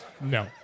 No